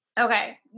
Okay